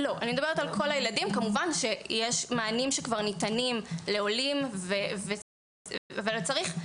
אבל, כמו שיושבת ראש הוועדה אמרה כמה וכמה